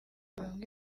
bamwe